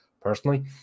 Personally